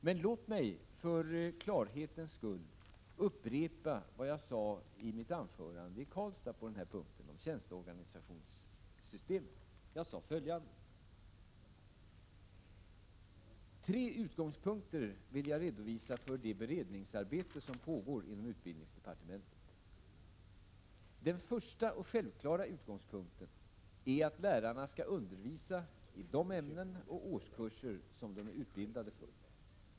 Men låt mig för klarhetens skull upprepa vad jag i mitt anförande i Karlstad sade om tjänsteorganisationssystemet: ”Tre utgångspunkter vill jag redovisa för det beredningsarbete som pågår inom utbildningsdepartementet. Den första och självklara utgångspunkten är att lärarna skall undervisa i de ämnen och årskurser som de är utbildade för.